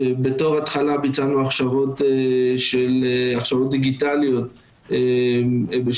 בתור התחלה ביצענו הכשרות דיגיטליות בשיתוף